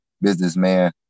businessman